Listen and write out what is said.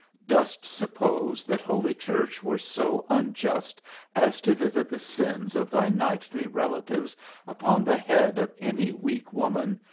dost suppose that holy church were so unjust as to visit the sins of thy knightly relatives upon the head of any weak woman,